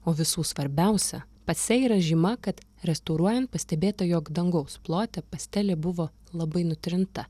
o visų svarbiausia pase yra žyma kad restauruojant pastebėta jog dangaus plote pastelė buvo labai nutrinta